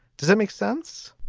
does that make sense?